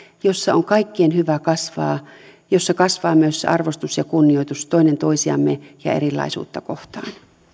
jossa on kaikkien hyvä kasvaa jossa kasvaa myös se arvostus ja kunnioitus toinen toisiamme ja erilaisuutta kohtaan